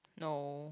no